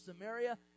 Samaria